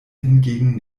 hingegen